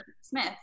Smith